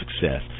Success